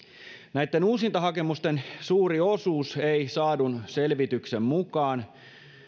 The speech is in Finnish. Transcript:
näitten uusintahakemusten suuri osuus ei saadun selvityksen mukaan